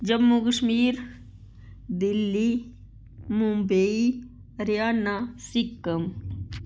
Jammu Kashmir Delhi Mumbai Haryana Sikkim